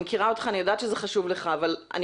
אני מכירה אותך ואני יודעת שזה חשוב לך אבל אני